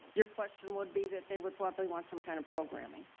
your question would be that they would probably want some kind of programming.